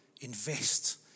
invest